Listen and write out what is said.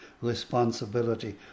responsibility